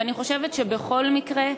ואני חושבת שבכל מקרה,